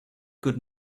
good